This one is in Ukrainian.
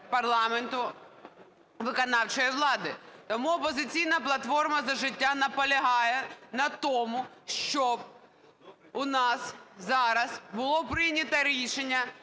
парламенту виконавчою владою? Тому "Опозиційна платформа – За життя" наполягає на тому, щоб у нас зараз було прийнято рішення